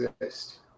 exist